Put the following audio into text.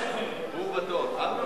12, נגד ונמנעים, אין.